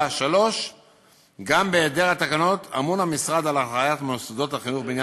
3. גם בהיעדר התקנות אמון המשרד על הנחיית מוסדות החינוך בעניין,